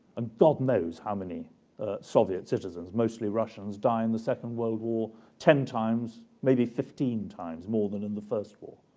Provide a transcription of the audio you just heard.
and god knows how many soviet citizens, mostly russians, died in the second world war ten times, maybe fifteen times more than in the first war.